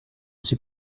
suis